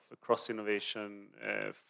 cross-innovation